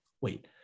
wait